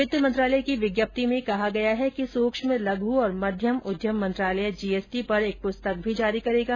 वित्त मंत्रालय की विज्ञप्ति में कहा गया है कि सूक्ष्म लघु और मध्यम उद्यम मंत्रालय जीएसटी पर एक प्रस्तक भी जारी करेगा